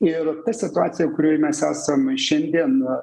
ir ta situacija kurioj mes esam šiandien na